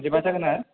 बिदिबा जागोन ना